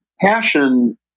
passion